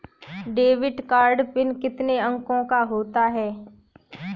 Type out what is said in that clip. Debit card PIN कितने अंकों का होता है?